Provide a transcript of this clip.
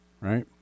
right